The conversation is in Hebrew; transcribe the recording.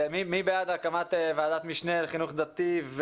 מי בעד הקמת ועדת משנה לחינוך דתי,